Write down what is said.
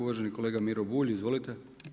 Uvaženi kolega Miro Bulj, izvolite.